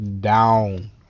down